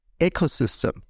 ecosystem